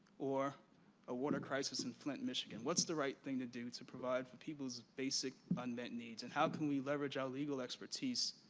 or a water crisis in flint michigan. what's the right thing to do to provide people's basic unmet needs. and how can we leverage our legal expertise